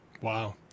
Wow